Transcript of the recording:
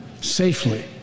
safely